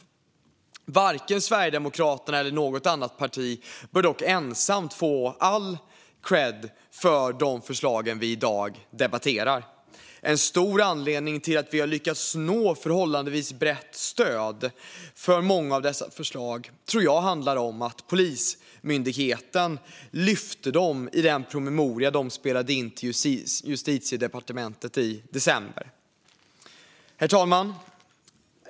Varken Sverigedemokraterna eller något annat parti bör dock ensamt få all kredd för de förslag vi i dag debatterar. En stor anledning till att vi lyckats nå förhållandevist brett stöd för många av dessa förslag är, tror jag, att Polismyndigheten lyfte dem i sin promemoria till Justitiedepartementet i december. Herr talman!